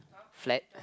flat